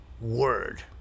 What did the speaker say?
word